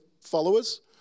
followers